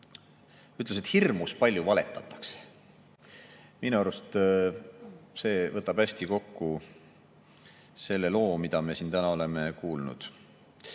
ütles, et hirmus palju valetatakse. Minu arust võtab see hästi kokku selle loo, mida me siin täna oleme kuulnud.